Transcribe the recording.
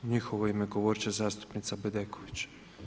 U njihovo ime govorit će zastupnica Bedeković.